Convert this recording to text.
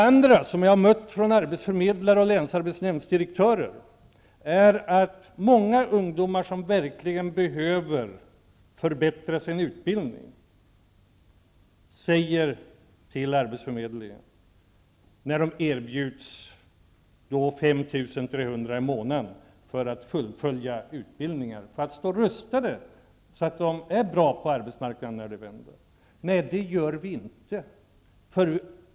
Vid möten med arbetsförmedlare och länsarbetsnämndsdirektörer har jag fått höra att många ungdomar, som verkligen behöver förbättra sin utbildning, när de av arbetsförmedlingen erbjuds 5 300 kr. i månaden för att fullfölja utbildningar, för att stå rustade och vara bra för arbetsmarknaden när konjunkturen vänder, säger: Nej, det gör vi inte.